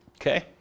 Okay